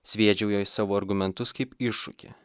sviedžiau jai savo argumentus kaip iššūkį